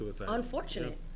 unfortunate